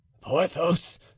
Porthos